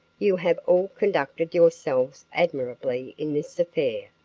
you have all conducted yourselves admirably in this affair.